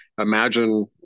imagine